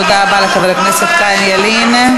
תודה רבה לחבר הכנסת חיים ילין,